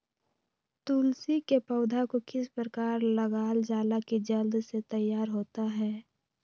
तुलसी के पौधा को किस प्रकार लगालजाला की जल्द से तैयार होता है?